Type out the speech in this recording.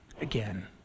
Again